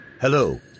Hello